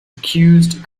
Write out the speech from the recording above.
accused